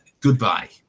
Goodbye